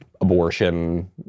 Abortion